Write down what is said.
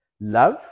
love